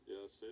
Yes